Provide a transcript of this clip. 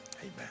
Amen